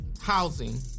housing